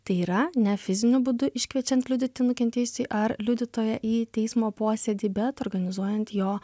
tai yra ne fiziniu būdu iškviečiant liudyti nukentėjusį ar liudytoją į teismo posėdį bet organizuojant jo